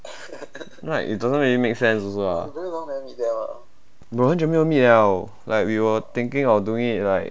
no it doesn't really make sense also lah 我很久没 meet liao like we were thinking of doing it like